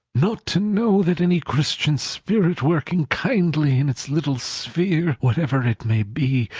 not to know that any christian spirit working kindly in its little sphere, whatever it may be,